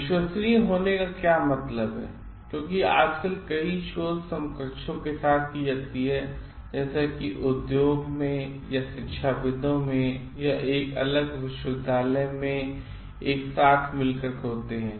विश्वसनीय होने का क्या मतलब है क्योंकि आजकल कईशोधसमकक्षोंके साथ की जाती है जैसे कि उद्योग में या शिक्षाविदों में या एक अलग विश्वविद्यालय में के साथ मिलकर होते हैं